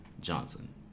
Johnson